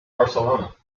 barcelona